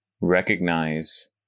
recognize